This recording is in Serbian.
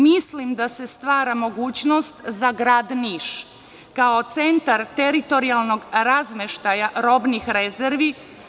Mislim da se stvara mogućnost za Grad Niš, kao centar teritorijalnog razmeštaja robnih rezervi.